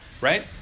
right